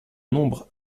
nombre